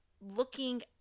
looking